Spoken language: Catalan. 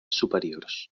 superiors